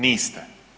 Niste.